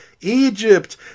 Egypt